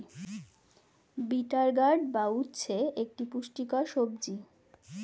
bitter gourd বা উচ্ছে একটি পুষ্টিকর সবজি